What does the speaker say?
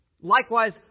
Likewise